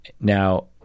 Now